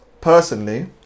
personally